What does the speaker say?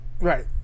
Right